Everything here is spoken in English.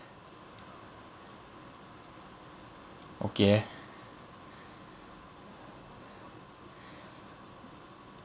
okay